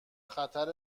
خطر